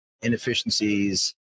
inefficiencies